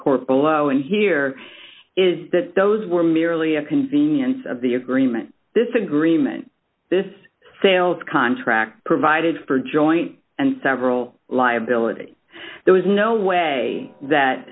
court below and here is that those were merely a convenience of the agreement this agreement this sales contract provided for joint and several liability there was no way that